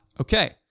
Okay